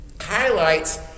highlights